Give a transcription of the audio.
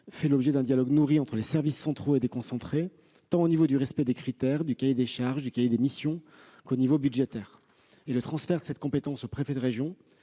fait l'objet d'un dialogue nourri entre les services centraux et les services déconcentrés, tant pour le respect des critères du cahier des charges et du cahier des missions que du point de vue budgétaire. Le transfert de cette compétence aux préfets de région